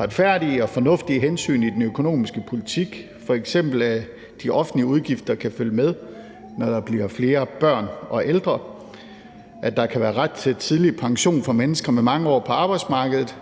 retfærdige og fornuftige hensyn i den økonomiske politik, f.eks. at de offentlige udgifter kan følge med, når der bliver flere børn og ældre, og at der kan være ret til tidlig pension for mennesker med mange år på arbejdsmarkedet.